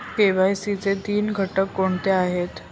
KYC चे तीन घटक कोणते आहेत?